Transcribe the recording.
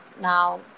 now